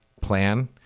plan